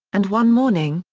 and one morning,